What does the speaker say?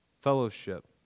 fellowship